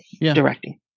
directing